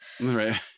Right